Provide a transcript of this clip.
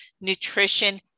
nutrition